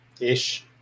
ish